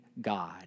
God